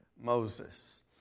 Moses